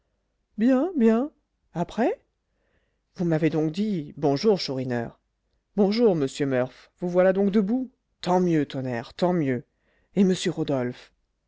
bien bien après vous m'avez donc dit bonjour chourineur bonjour monsieur murph vous voilà donc debout tant mieux tonnerre tant mieux et m rodolphe